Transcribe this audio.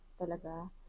talaga